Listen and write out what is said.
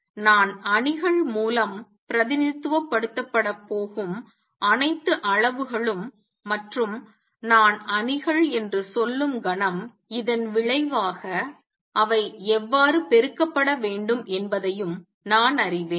எனவே நான் அணிகள் மூலம் பிரதிநிதித்துவப்படுத்தப்படப் போகும் அனைத்து அளவுகளும் மற்றும் நான் அணிகள் என்று சொல்லும் கணம் இதன் விளைவாக அவை எவ்வாறு பெருக்கப்பட வேண்டும் என்பதையும் நான் அறிவேன்